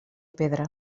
pedra